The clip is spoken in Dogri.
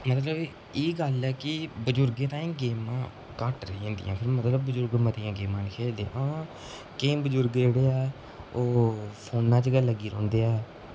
मतलब एह् गल्ल ऐ कि बजुर्गैं ताईं गेमां घट्ट रेही जंदियां फिर मतलब बजुर्ग मतियां गेमां निं खेलदे हां केईं बजुर्ग जेह्ड़े ऐ ओह् फोना च गै लग्गी रौंह्दे ऐ